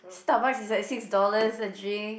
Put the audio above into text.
Starbucks is like six dollar a drink